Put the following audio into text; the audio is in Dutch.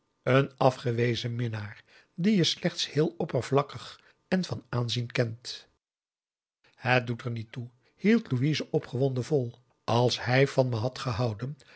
een afgewezen minnaar die je slechts heel oppervlakkig en van aanzien kent het doet er niet toe hield louise opgewonden vol als hij van me had gehouden